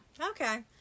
Okay